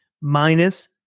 minus